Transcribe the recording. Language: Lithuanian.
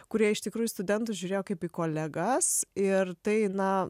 kurie iš tikrųjų į studentus žiūrėjo kaip į kolegas ir tai na